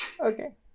Okay